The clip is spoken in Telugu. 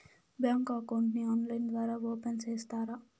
బ్యాంకు అకౌంట్ ని ఆన్లైన్ ద్వారా ఓపెన్ సేస్తారా?